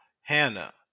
Hannah